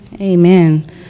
Amen